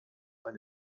ein